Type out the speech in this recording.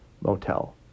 motel